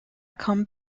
come